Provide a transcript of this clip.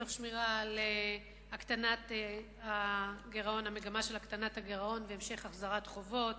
תוך שמירה על המגמה של הקטנת הגירעון והמשך החזרת חובות,